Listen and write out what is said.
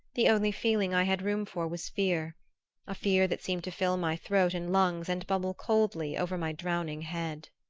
the only feeling i had room for was fear a fear that seemed to fill my throat and lungs and bubble coldly over my drowning head.